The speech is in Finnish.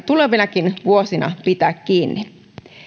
tulevinakin vuosina pitää kiinni